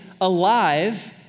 alive